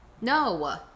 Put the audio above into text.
No